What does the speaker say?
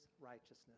righteousness